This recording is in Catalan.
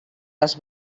les